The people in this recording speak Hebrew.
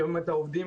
שומעים את העובדים,